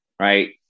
right